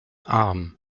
arm